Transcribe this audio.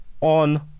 on